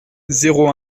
zéro